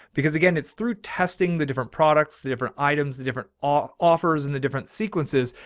because again, it's through testing the different products, different items, the different. ah offers in the different sequences.